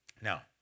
Now